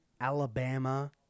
Alabama